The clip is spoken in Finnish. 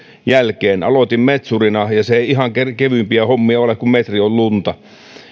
jälkeen aloitin metsurina ja se ei ihan kevyimpiä hommia ole kun metri on lunta